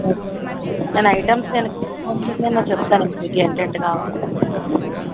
నేను ఐటమ్స్ నేను చెప్తానండి మాకు ఏంటేంటి కావాలో